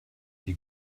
die